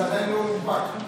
זה עדיין לא הונפק.